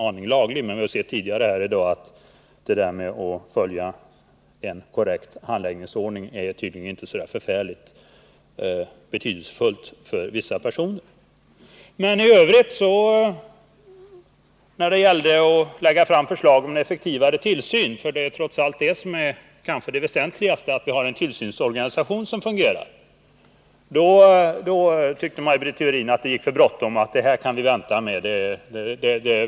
Men som vi noterade tidigare i dag är principen att följa en korrekt handläggningsordning inte så betydelsefull för vissa personer. Men när det gällde att lägga fram förslag om effektivare tillsyn — för det är trots allt det väsentligaste att vi har en tillsynsorganisation som fungerar — tyckte Maj Britt Theorin att det gick för fort, det här kunde vi vänta med.